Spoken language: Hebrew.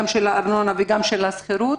גם באשר לארנונה וגם באשר לשכירות.